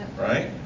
right